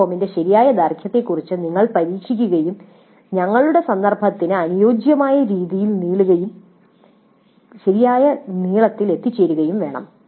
survey ഫോമിന്റെ ശരിയായ ദൈർഘ്യത്തെക്കുറിച്ച് നിങ്ങൾ പരീക്ഷിക്കുകയും നിങ്ങളുടെ സന്ദർഭത്തിന് അനുയോജ്യമായ ശരിയായ നീളത്തിൽ എത്തിച്ചേരുകയും വേണം